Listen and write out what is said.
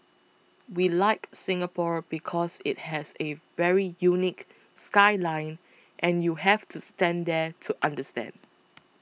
we like Singapore because it has a very unique skyline and you have to stand there to understand